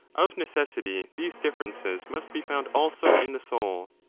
of necessity these differences must be found also in the soul.